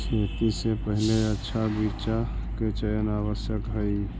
खेती से पहिले अच्छा बीचा के चयन आवश्यक हइ